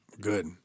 Good